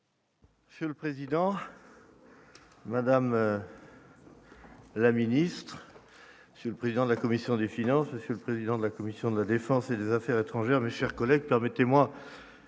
Monsieur le Président Madame. La ministre, le président de la commission des finances, monsieur le président de la commission de la Défense et des Affaires étrangères mais chers collègues permettez-moi